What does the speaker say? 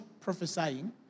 prophesying